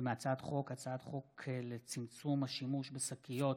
ומהצעת חוק לצמצום השימוש בשקיות